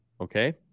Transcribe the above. okay